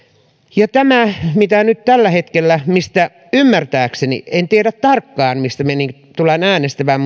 ja mistä me nyt tällä hetkellä ymmärtääkseni en tiedä tarkkaan tulemme äänestämään